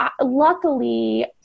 luckily